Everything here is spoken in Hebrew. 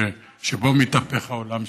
שבו מתהפך העולם,